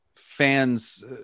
fans